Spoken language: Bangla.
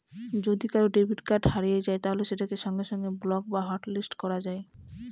যদি কারুর ডেবিট কার্ড হারিয়ে যায় তাহলে সেটাকে সঙ্গে সঙ্গে ব্লক বা হটলিস্ট করা যায়